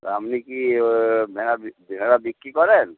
তা আপনি কি ভেড়া ভেড়া বিক্রি করেন